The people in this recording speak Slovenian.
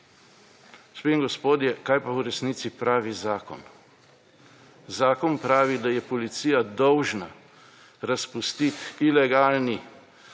in gospodje, kaj pa v resnici pravi zakon? Zakon pravi, da je policija dolžna razpustiti ilegalni